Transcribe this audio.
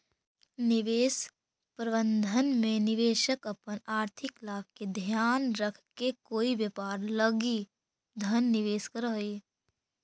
निवेश प्रबंधन में निवेशक अपन आर्थिक लाभ के ध्यान रखके कोई व्यापार लगी धन निवेश करऽ हइ